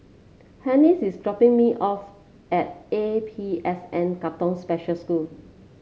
Hessie is dropping me off at A P S N Katong Special School